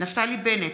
נפתלי בנט,